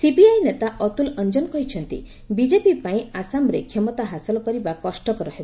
CPI ନେତା ଅତୁଲ ଅଞ୍ଜନ କହିଛନ୍ତି BJP ପାଇଁ ଆସାମରେ କ୍ଷମତା ହାସଲ କରିବା କଷ୍ଟକର ହେବ